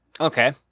Okay